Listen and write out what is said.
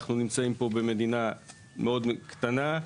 אנחנו נמצאים פה במדינה קטנה מאוד.